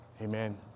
Amen